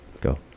Go